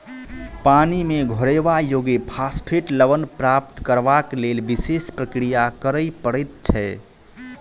पानि मे घोरयबा योग्य फास्फेट लवण प्राप्त करबाक लेल विशेष प्रक्रिया करय पड़ैत छै